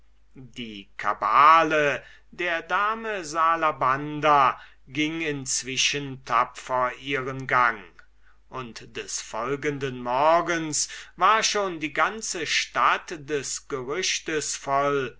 die cabale der dame salabanda ging inzwischen tapfer ihren gang und des folgenden morgens war schon die ganze stadt des gerüchtes